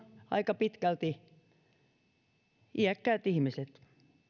aika pitkälti kyllä iäkkäät ihmiset